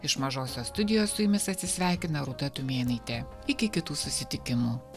iš mažosios studijos su jumis atsisveikina rūta tumėnaitė iki kitų susitikimų